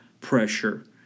pressure